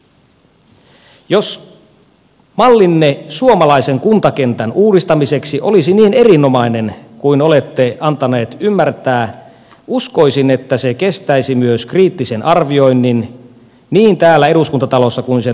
jos mallinne suomalaisen kuntakentän uudistamiseksi olisi niin erinomainen kuin olette antaneet ymmärtää uskoisin että se kestäisi myös kriittisen arvioinnin niin täällä eduskuntatalossa kuin sen ulkopuolellakin